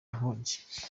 inkongi